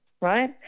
right